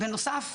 בנוסף,